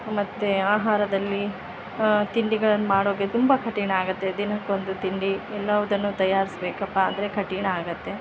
ಮತ್ತು ಆಹಾರದಲ್ಲಿ ತಿಂಡಿಗಳನ್ನು ಮಾಡೋಕೆ ತುಂಬ ಕಠಿಣ ಆಗುತ್ತೆ ದಿನಕ್ಕೊಂದು ತಿಂಡಿ ಎಲ್ಲವ್ದನ್ನು ತಯಾರಿಸ್ಬೇಕಪ್ಪ ಅಂದರೆ ಕಠಿಣ ಆಗುತ್ತೆ